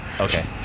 Okay